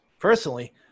Personally